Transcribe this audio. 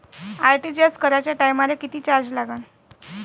RTGS कराच्या टायमाले किती चार्ज लागन?